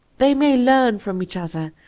they may learn from each other,